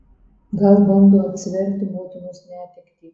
gal bando atsverti motinos netektį